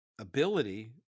ability